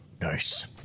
nice